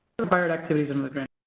required activities under the grant?